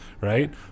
right